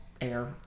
air